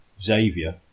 Xavier